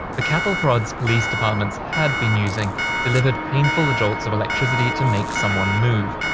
the cattle prods police departments had been using delivered painful jolts of electricity to make someone move.